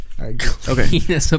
Okay